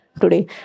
today